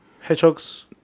hedgehogs